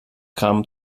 gramm